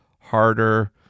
harder